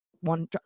one